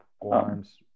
forms